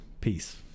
Peace